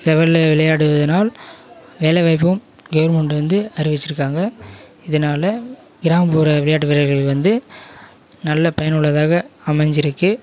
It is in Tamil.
லெவலில் விளையாடுவதினால் வேலை வாய்ப்பும் கவுர்மெண்டு வந்து அறிவிச்சுருக்காங்க இதனால் கிராமப்புற விளையாட்டு வீரர்கள் வந்து நல்ல பயனுள்ளதாக அமைஞ்சிருக்கு